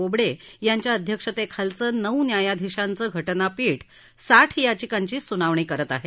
बोबडे यांच्या अध्यक्षतेखालचं नऊ न्यायाधीशांचं घटनापीठ साठ याचिकांची सुनावणी करत आहे